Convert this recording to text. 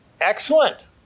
Excellent